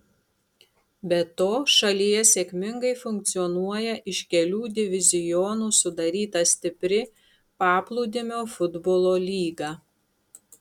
be to šalyje sėkmingai funkcionuoja iš kelių divizionų sudaryta stipri paplūdimio futbolo lyga